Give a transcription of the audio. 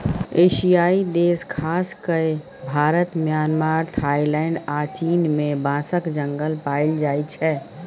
एशियाई देश खास कए भारत, म्यांमार, थाइलैंड आ चीन मे बाँसक जंगल पाएल जाइ छै